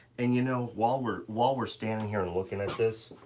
and you know, while we're, while we're standing here and looking at this,